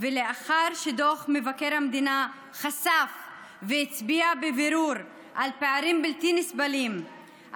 לאחר שדוח מבקר המדינה הצביע בבירור על פערים בלתי נסבלים,